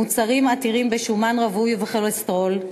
מוצרים עתירים בשומן רווי ובכולסטרול.